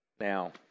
Now